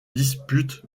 dispute